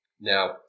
Now